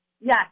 Yes